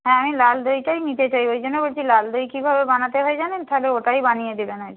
হ্যাঁ আমি লাল দইটাই নিতে চাই ওই জন্য বলছি লাল দই কীভাবে বানাতে হয় জানেন তাহলে ওটাই বানিয়ে দেবেন আর কি